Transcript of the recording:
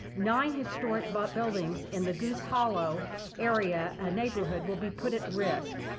nine historic but buildings in the goose hollow area ah neighborhood will be put at risk.